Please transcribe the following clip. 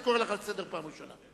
אני קורא אותך לסדר פעם ראשונה.